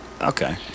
Okay